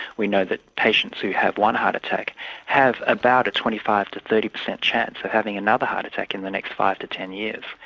we know that patients who have one heart attack have about a twenty five thirty percent chance of having another heart attack in the next five to ten years.